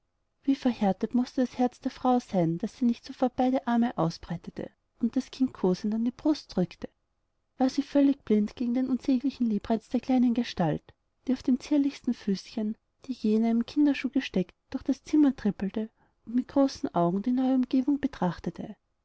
wie verhärtet mußte das herz der frau sein daß sie nicht sofort beide arme ausbreitete und das kind kosend an die brust drückte war sie völlig blind gegen den unsäglichen liebreiz der kleinen gestalt die auf den zierlichsten füßchen die je in einem kinderschuhe gesteckt durch das zimmer trippelte und mit großen augen die neue umgebung betrachtete